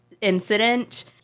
incident